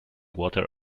water